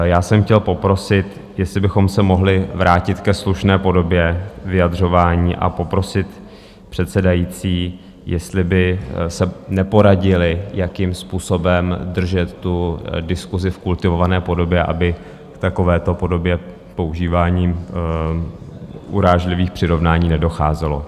Já jsem chtěl poprosit, jestli bychom se mohli vrátit ke slušné podobě vyjadřování, a poprosit předsedající, jestli by se neporadili, jakým způsobem držet diskusi v kultivované podobě, aby k takovémuto používání urážlivých přirovnání nedocházelo.